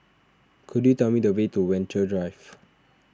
could you tell me the way to Venture Drive